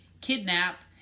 kidnap